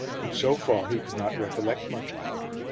but so far he could not recollect much about it.